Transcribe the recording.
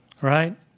Right